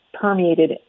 permeated